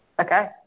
Okay